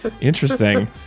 interesting